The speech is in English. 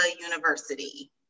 University